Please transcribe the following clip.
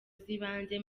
z’ibanze